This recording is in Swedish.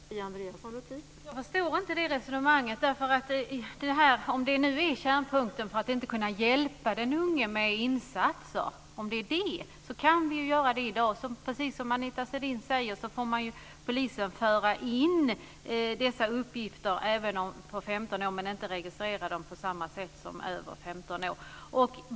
Fru talman! Jag förstår inte det resonemanget, om nu kärnpunkten är att inte kunna hjälp den unge med insatser. Det kan vi göra i dag. Precis som Anita Sidén säger får polisen föra in uppgifter även om dem som är under 15 år men inte registrera dem på samma sätt som för dem över 15 år.